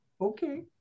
Okay